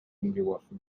umgeworfen